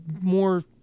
more